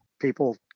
People